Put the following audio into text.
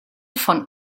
von